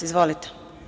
Izvolite.